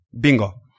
Bingo